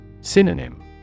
Synonym